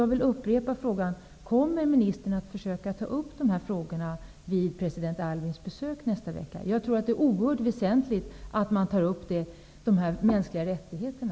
Jag vill upprepa frågan: Kommer ministern att försöka ta upp de här frågorna vid president Aylwins besök nästa vecka? Det är oerhört väsentligt att man tar upp frågan om de mänskliga rättigheterna.